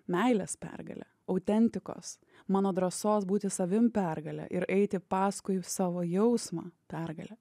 meilės pergale autentikos mano drąsos būti savim pergale ir eiti paskui savo jausmą pergale